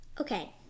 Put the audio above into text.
Okay